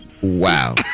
Wow